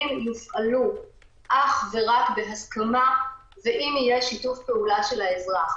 יופעלו אך ורק בהסכמה ואם יהיה שיתוף פעולה של האזרח.